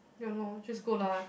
ya lor just go lah